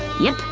yep!